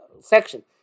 section